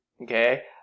okay